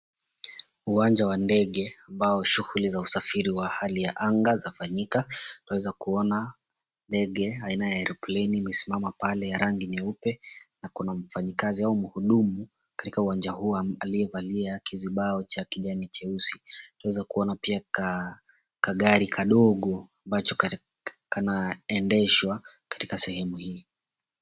Uwanja wa ndege, ambao shughuli za usafiri wa hali ya anga zafanyika. Twaweza kuona ndege aina ya eropleni imesimama pale ya rangi nyeupe, na kuna mfanyikazi au mhudumu katika uwanja huo aliyevalia kizibao cha kijani cheusi. Twaweza kuona pia kagari kadogo ambacho kanaendeshwa katika sehemu hii.